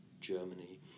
Germany